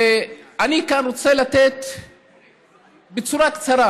ואני כאן רוצה לתת בצורה קצרה,